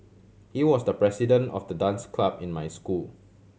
he was the president of the dance club in my school